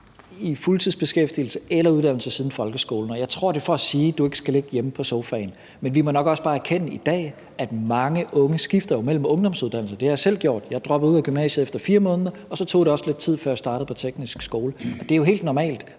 i fuldtidsbeskæftigelse eller uddannelse siden folkeskolen, og jeg tror, det er for at sige, at du ikke skal ligge hjemme på sofaen. Men vi må nok også bare erkende i dag, at mange unge jo skifter mellem ungdomsuddannelserne. Det har jeg selv gjort. Jeg droppede ud af gymnasiet efter 4 måneder, og så tog det også lidt tid, før jeg startede på teknisk skole. Det er jo helt normalt,